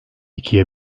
ikiye